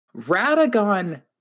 radagon